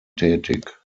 tätig